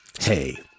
Hey